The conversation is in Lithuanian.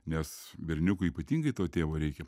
nes berniukui ypatingai to tėvo reikia